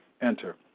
enter